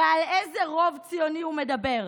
הרי על איזה רוב ציוני הוא מדבר?